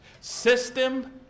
system